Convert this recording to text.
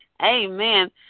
amen